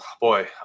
Boy